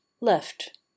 left